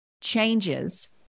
changes